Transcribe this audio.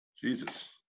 Jesus